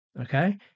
okay